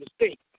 mistake